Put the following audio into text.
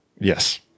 Yes